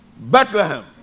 Bethlehem